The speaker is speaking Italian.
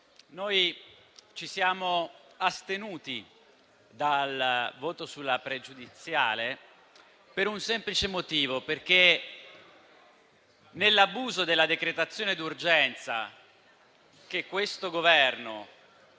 noi ci siamo astenuti dal voto sulla questione pregiudiziale per il semplice motivo che nell'abuso della decretazione d'urgenza che questo Governo